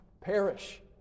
perish